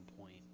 point